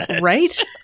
Right